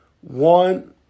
one